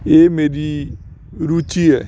ਇਹ ਮੇਰੀ ਰੁਚੀ ਹੈ